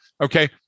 okay